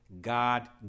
God